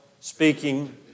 speaking